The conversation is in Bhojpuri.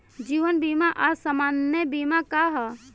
जीवन बीमा आ सामान्य बीमा का ह?